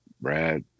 Brad